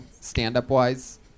stand-up-wise